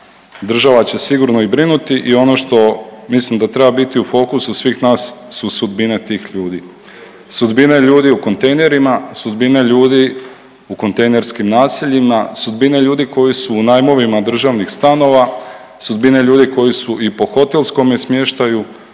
država će sigurno i brinuti i ono što mislim da treba biti u fokusu svih nas su sudbine tih ljudi. Sudbine ljudi u kontejnerima, sudbine ljudi u kontejnerskim naseljima, sudbine ljudi koji su najmovima državnih stanova, sudbine ljudi koji su i po hotelskom smještaju,